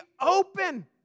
open